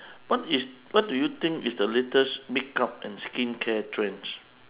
what is what do you think is the latest makeup and skincare trends